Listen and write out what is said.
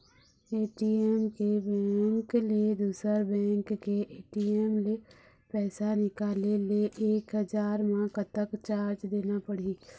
ATM के bank ले दुसर बैंक के ए.टी.एम ले पैसा निकाले ले एक हजार मा कतक चार्ज देना पड़ही?